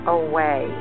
away